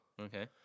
Okay